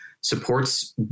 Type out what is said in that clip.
supports